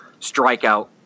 strikeout